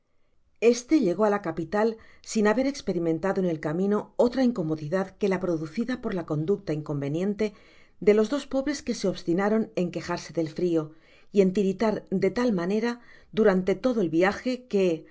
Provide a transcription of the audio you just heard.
este llegó á la capital sin haber esperimentado en el camino otra incomodidad que la producida por la conducta incon veniente de los dos pobres que se obstinaron en quejarse del frio y en titiritar de tal manera durante todo el viaje que